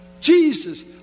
Jesus